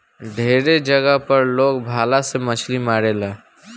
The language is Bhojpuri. ढेरे जगह पर लोग भाला से मछली मारेला